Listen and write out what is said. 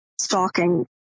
stalking